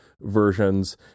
versions